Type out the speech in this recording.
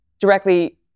directly